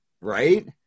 right